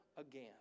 again